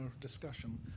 discussion